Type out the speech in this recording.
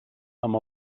amb